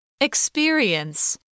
Experience